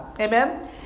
Amen